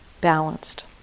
balanced